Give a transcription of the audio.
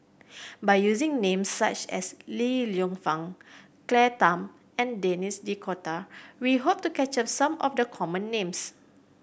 by using names such as Li Lienfung Claire Tham and Denis D'Cotta we hope to capture some of the common names